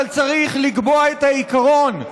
אבל צריך לקבוע את העיקרון.